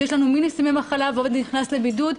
כשיש לו מינוס ימי מחלה והעובד נכנס לבידוד,